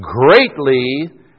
greatly